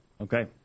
Okay